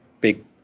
big